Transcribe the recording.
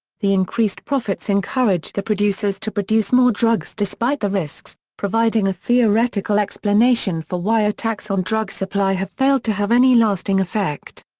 the increased profits encourage the producers to produce more drugs despite the risks, providing a theoretical explanation explanation for why attacks on drug supply have failed to have any lasting effect.